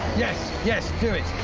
yes, yes, do it.